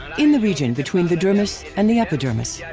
in the region between the dermis and the epidermis, yeah